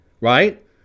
right